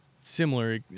similar